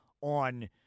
on